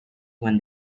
when